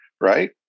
right